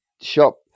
shop